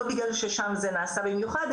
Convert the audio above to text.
לא בגלל ששם זה נעשה במיוחד,